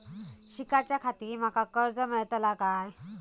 शिकाच्याखाती माका कर्ज मेलतळा काय?